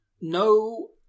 no